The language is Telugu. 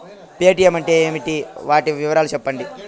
పేటీయం అంటే ఏమి, వాటి వివరాలు సెప్పండి?